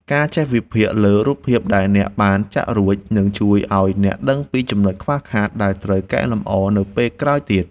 ការចេះវិភាគលើរូបភាពដែលអ្នកបានចាក់រួច នឹងជួយឱ្យអ្នកដឹងពីចំណុចខ្វះខាតដែលត្រូវកែលម្អនៅពេលក្រោយទៀត។